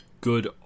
good